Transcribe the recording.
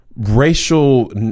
racial